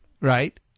Right